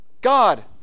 God